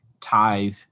tithe